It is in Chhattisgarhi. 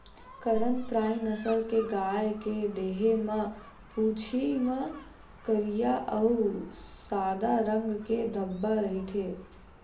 करन फ्राइ नसल के गाय के देहे म, पूछी म करिया अउ सादा रंग के धब्बा रहिथे